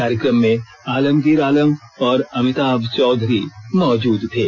कार्यक्रम में आलमगीर आलम और अमिताभ चौधरी मौजूद थे